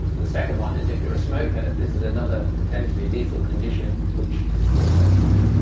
the second one is if you're a smoker this is another potentially lethal condition which is caused by smoking.